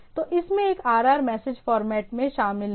तो इसमें एक RR मैसेज फॉर्मेट मैं शामिल है